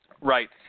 Right